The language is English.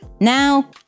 Now